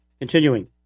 Continuing